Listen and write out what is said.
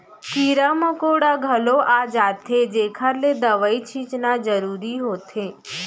कीरा मकोड़ा घलौ आ जाथें जेकर ले दवई छींचना जरूरी होथे